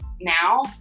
now